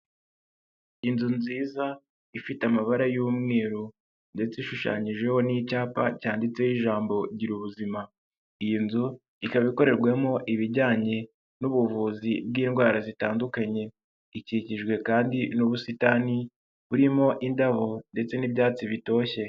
Inzu nziza ifite amabara y'umweru ndetse ishushanyijeho n'icyapa cyanditseho ijambo gira ubuzima. Iyi nzu ikaba ikorerwamo ibijyanye n'ubuvuzi bw'indwara zitandukanye ikikijwe kandi n'ubusitani burimo indabo ndetse n'ibyatsi bitoshye.